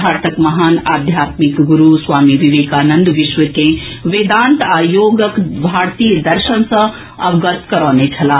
भारतक महान आध्यात्मिक गुरू स्वामी विवेकानन्द विश्व के वेदांत आ योगक भारतीय दर्शन सॅ अवगत करौने छलाह